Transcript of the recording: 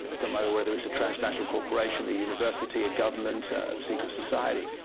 no matter whether it is a transnational corporation, a university, a government, a secret society,